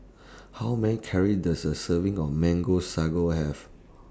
How Many calorie Does A Serving of Mango Sago Have